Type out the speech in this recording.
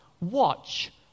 Watch